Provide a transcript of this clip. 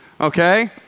okay